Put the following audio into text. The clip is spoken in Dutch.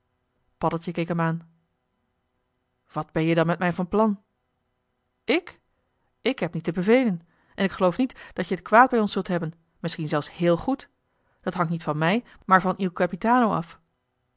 keek hem aan wat ben-je dan met mij van plan ik ik heb niet te bevelen en ik geloof niet dat je t kwaad bij ons zult hebben misschien zelfs héél goed dat hangt niet van mij maar van il capitano af